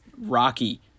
Rocky